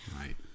right